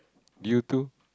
due to